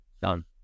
done